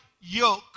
yoke